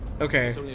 Okay